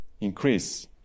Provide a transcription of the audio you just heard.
increase